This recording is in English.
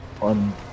on